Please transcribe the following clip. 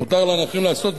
מותר לנכים לעשות,